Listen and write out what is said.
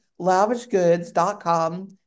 lavishgoods.com